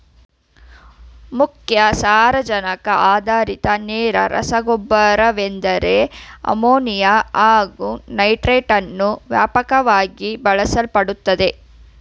ಮುಖ್ಯ ಸಾರಜನಕ ಆಧಾರಿತ ನೇರ ರಸಗೊಬ್ಬರವೆಂದರೆ ಅಮೋನಿಯಾ ಹಾಗು ನೈಟ್ರೇಟನ್ನು ವ್ಯಾಪಕವಾಗಿ ಬಳಸಲ್ಪಡುತ್ತದೆ